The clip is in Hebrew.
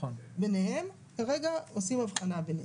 ביניהם, כרגע עושים הבחנה ביניהם.